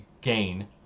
gain